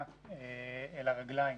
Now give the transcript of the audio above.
אל הרגליים,